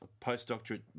postdoctorate